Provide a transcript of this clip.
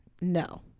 no